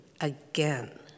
again